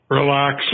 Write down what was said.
relax